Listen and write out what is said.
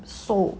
so